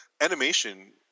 Animation